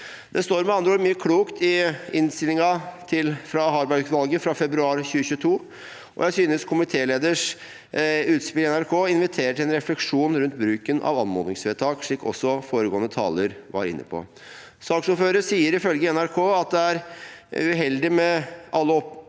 andre ord mye klokt i innstillingen til Harberg-utvalget fra februar 2022, og jeg synes komitélederens utspill i NRK inviterer til en refleksjon rundt bruken av anmodningsvedtak, slik også foregående taler var inne på. Saksordføreren sier, ifølge NRK, at det er uheldig med alle